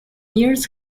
years